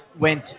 went